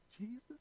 Jesus